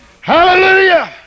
Hallelujah